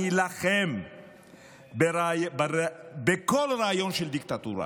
נילחם בכל רעיון של דיקטטורה,